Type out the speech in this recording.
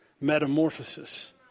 metamorphosis